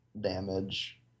damage